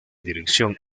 dirección